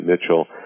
Mitchell